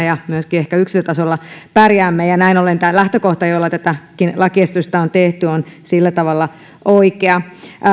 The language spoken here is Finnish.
ja myöskin ehkä yksilötasolla pärjäämme näin ollen tämä lähtökohta jolla tätäkin lakiesitystä on tehty on sillä tavalla oikea